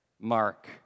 Mark